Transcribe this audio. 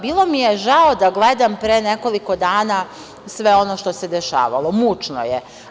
Bilo mi je žao da gledam pre nekoliko dana sve ono što se dešavalo, mučno je.